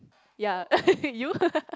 ya you